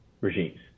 regimes